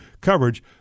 coverage